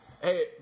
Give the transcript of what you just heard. Hey